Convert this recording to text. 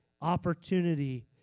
opportunity